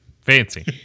Fancy